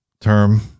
term